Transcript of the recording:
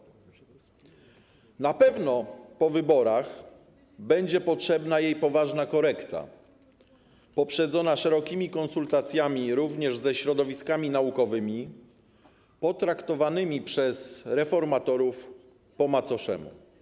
Po wyborach na pewno będzie potrzebna jej poważna korekta, poprzedzona szerokimi konsultacjami również ze środowiskami naukowymi, potraktowanymi przez reformatorów po macoszemu.